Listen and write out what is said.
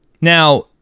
Now